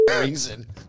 reason